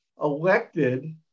elected